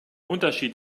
unterschied